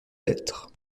l’être